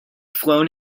flown